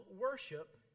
worship